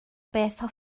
bethau